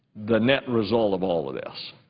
the net result of all of this,